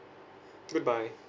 good bye